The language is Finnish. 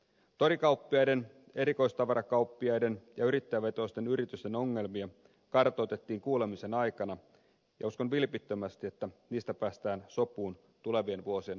torikauppiaiden erikoistavarakauppiaiden ja yrittäjävetoisten yritysten ongelmia kartoitettiin kuulemisen aikana ja uskon vilpittömästi että niistä päästään sopuun tulevien vuosien aikana